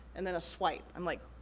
and then a swipe. i'm like,